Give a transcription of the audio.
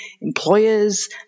employers